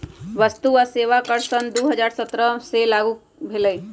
वस्तु आ सेवा कर सन दू हज़ार सत्रह से लागू भेलई